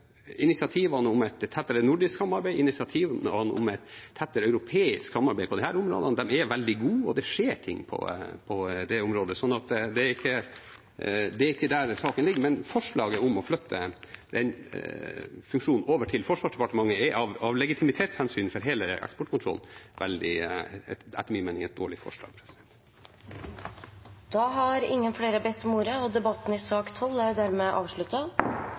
det skjer ting på det området, så det er ikke der saken ligger. Men forslaget om å flytte den funksjonen over til Forsvarsdepartementet er av legitimitetshensyn for hele eksportkontrollen etter min mening et dårlig forslag. Flere har ikke bedt om ordet til sak nr. 12. Etter ønske fra utenriks- og forsvarskomiteen vil presidenten ordne debatten